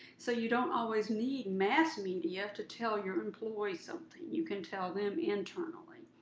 so you don't always need mass media to tell your employees something, you can tell them internally.